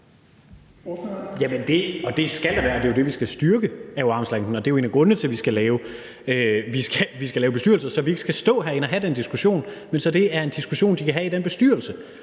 Det skal der være. Det er det, vi skal styrke, altså armslængdeprincippet. En af grundene til, at vi skal lave en bestyrelse, er, at vi ikke skulle stå herinde og have den diskussion, så det er en diskussion, som de kan have i den bestyrelse,